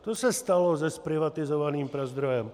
To se stalo se zprivatizovaným Prazdrojem.